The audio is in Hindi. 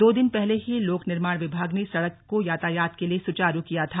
दो दिन पहले ही लोक निर्माण विभाग ने सड़क को यातायात के लिए सुचारु किया था